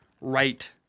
right